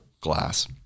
glass